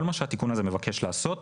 כל מה שהתיקון הזה מבקש לעשות,